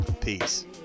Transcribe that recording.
peace